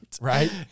right